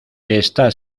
está